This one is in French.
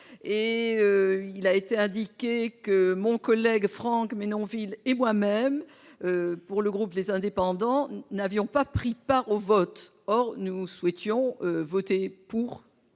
Il a été indiqué que mon collègue Franck Menonville et moi-même, pour le groupe Les Indépendants, n'avions pas pris part au vote. Or nous souhaitions voter pour